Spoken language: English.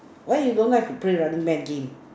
why you don't like to play running man game